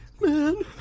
man